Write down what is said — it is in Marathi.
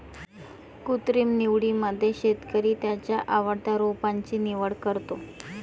कृत्रिम निवडीमध्ये शेतकरी त्याच्या आवडत्या रोपांची निवड करतो